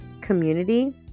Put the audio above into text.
community